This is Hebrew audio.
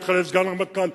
לא התחלף סגן הרמטכ"ל,